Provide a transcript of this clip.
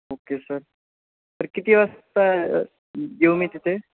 okay sir तर किती वाजता येऊ मी तिथे